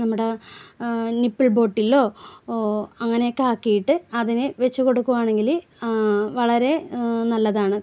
നമ്മുടെ നിപ്പിൾ ബോട്ടിലിലോ അങ്ങനെ ഒക്കെ ആക്കിയിട്ട് അതിന് വെച്ച് കൊടുക്കുവാണെങ്കിൽ വളരെ നല്ലതാണ് കാരണം